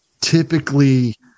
typically